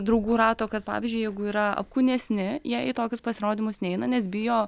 draugų rato kad pavyzdžiui jeigu yra apkūnesni jie į tokius pasirodymus neina nes bijo